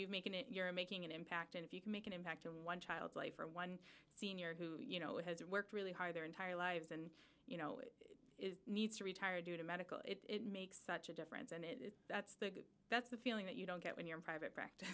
you're making it you're making an impact and if you can make an impact and one child's life or one senior who you know has worked really hard their entire lives and you know needs to retire due to medical it makes such a difference that's the that's the feeling that you don't get when you're in private practice